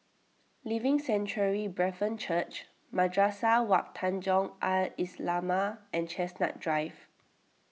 Living Sanctuary Brethren Church Madrasah Wak Tanjong Al Islamiah and Chestnut Drive